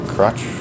Crutch